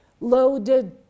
loaded